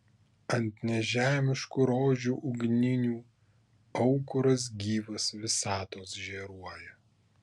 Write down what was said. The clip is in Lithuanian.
ant nežemiškų rožių ugninių aukuras gyvas visatos žėruoja